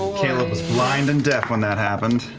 caleb was blind and deaf when that happened.